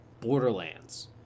Borderlands